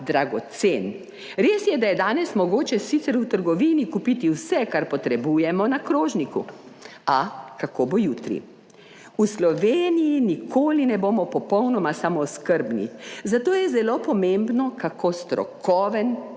dragocen. Res je, da je danes mogoče sicer v trgovini kupiti vse kar potrebujemo na krožniku, a kako bo jutri. V Sloveniji nikoli ne bomo popolnoma samooskrbni, zato je zelo pomembno, kako strokoven